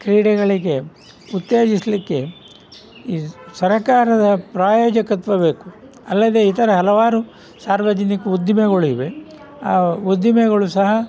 ಕ್ರೀಡೆಗಳಿಗೆ ಉತ್ತೇಜಿಸಲಿಕ್ಕೆ ಈ ಸರಕಾರದ ಪ್ರಾಯೋಜಕತ್ವ ಬೇಕು ಅಲ್ಲದೆ ಇತರ ಹಲವಾರು ಸಾರ್ವಜನಿಕ ಉದ್ದಿಮೆಗಳು ಇವೆ ಆ ಉದ್ದಿಮೆಗಳು ಸಹ